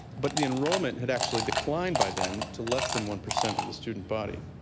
but the enrollment had actually declined by then to less than one percent of the student body.